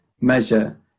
measure